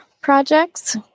projects